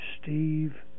Steve